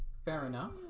fair enough